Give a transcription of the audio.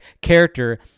character